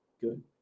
good